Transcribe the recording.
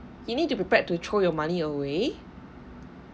you need to prepared to throw your money away